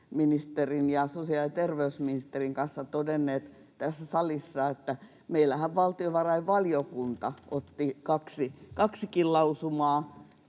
kulttuuriministerin ja sosiaali- ja terveysministerin kanssa todenneet tässä salissa — meillä valtiovarainvaliokunta teki kaksikin lausumaa